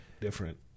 different